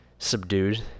subdued